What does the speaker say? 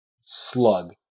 slug